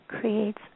creates